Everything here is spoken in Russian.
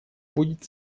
будет